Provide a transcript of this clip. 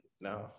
No